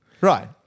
Right